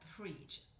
preach